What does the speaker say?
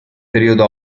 periodo